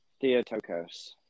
Theotokos